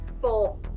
Four